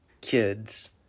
kids